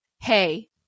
hey